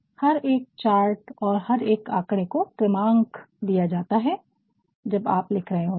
हर एक चार्ट और हर एक आकड़े को क्रमांक दिया जाता है जब आप लिख रहे होते है